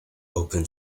open